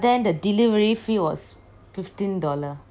but then the delivery was fifteen dollar